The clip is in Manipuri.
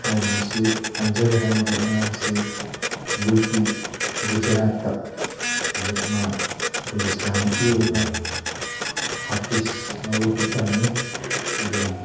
ꯍꯥꯏꯔꯤꯕꯁꯤ ꯑꯟꯖꯔ ꯍꯥꯏꯔꯤꯕ ꯑꯉꯥꯡꯁꯤ ꯌꯨ ꯄꯤ ꯒꯨꯖꯔꯥꯠꯇ ꯍꯧꯖꯤꯛ ꯃꯥ ꯑꯩꯈꯣꯏꯒꯤ ꯏꯁꯂꯥꯃꯤꯛꯀꯤ ꯑꯣꯏꯕ ꯍꯥꯐꯤꯁ ꯃꯧꯔꯨꯕꯤ ꯇꯝꯃꯤ ꯑꯗꯨꯒ